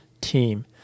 team